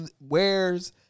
wears